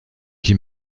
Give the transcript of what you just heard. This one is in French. qui